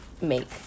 make